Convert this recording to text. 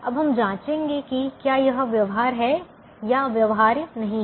अब हम जाँचेंगे कि क्या यह व्यवहार्य है या व्यवहार्य नहीं है